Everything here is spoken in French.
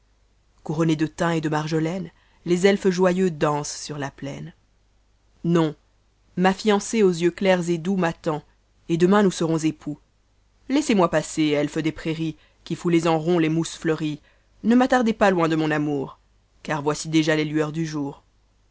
couronnés de thym et de marjolaine les elfes joyeux dansent sur la plaine non ma fiancée aux yeux clairs et donx m'attend et demain nous serons époux laîssez moï passer elfes des prairies qui fbniez en rond les mousses oeuries ne m'atta dez pas loin de mon amoar car volei déj les lueurs dn joar